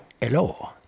hello